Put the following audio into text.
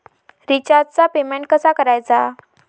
रिचार्जचा पेमेंट कसा करायचा?